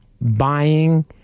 buying